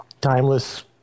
timeless